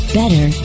better